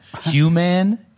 human